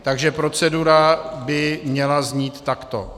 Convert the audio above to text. Takže procedura by měla znít takto: